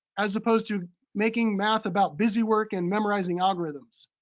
as opposed to making math about busy work and memorizing algorithms.